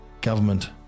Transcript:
Government